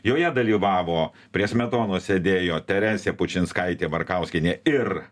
joje dalyvavo prie smetonos sėdėjo teresė pučinskaitė barkauskienė ir